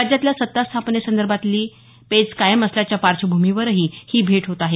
राज्यातील सत्ता स्थापनेसंदर्भातील पेच कायम असल्याच्या पार्श्वभूमीवरही ही भेट होत आहे